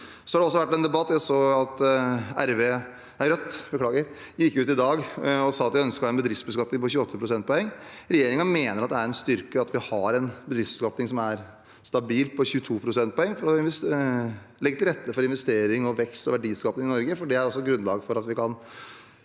Jeg så at Rødt gikk ut i dag og sa at de ønsket en bedriftsbeskatning på 28 pst. Regjeringen mener at det er en styrke at vi har en bedriftsbeskatning som er stabil på 22 pst., for å legge til rette for investering, vekst og verdiskaping i Norge.